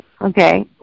Okay